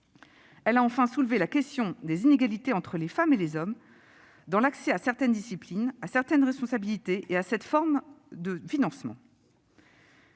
ailleurs soulevé la question des inégalités entre les femmes et les hommes dans l'accès à certaines disciplines, à certaines responsabilités et à certaines formes de financement.